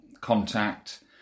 contact